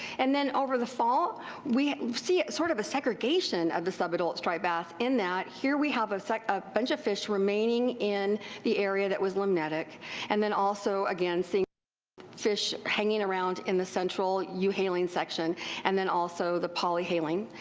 and then over the fall we see a sort of a segregation of the sub-adult striped bass in that here we have so like a bunch of fish remaining in the area that was limnetic and then also again seeing fish hanging around in the central euhaline section and then also the polyhaline.